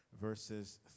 verses